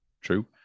true